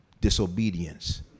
disobedience